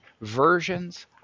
versions